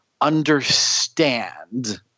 understand